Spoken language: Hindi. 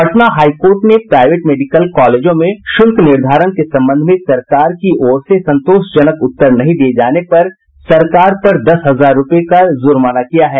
पटना हाई कोर्ट ने प्राईवेट मेडिकल कॉलेजों में शुल्क निर्धारण के संबंध में सरकार की ओर से संतोषजनक उत्तर नहीं दिये जाने पर सरकार पर दस हजार रूपये का जुर्माना किया है